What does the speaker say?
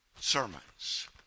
sermons